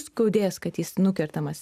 skaudės kad jis nukertamas